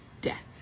death